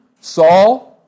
Saul